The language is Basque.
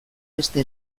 beste